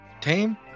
Tame